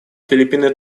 филиппины